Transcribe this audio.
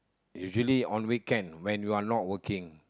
usually on weekend when you are not working